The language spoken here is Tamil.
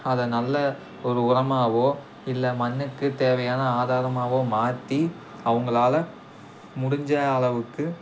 அதை நல்ல ஒரு உரமாவோ இல்லை மண்ணுக்கு தேவையான ஆதாரமாவோ மாற்றி அவங்களால முடிஞ்ச அளவுக்கு